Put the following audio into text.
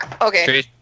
Okay